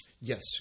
Yes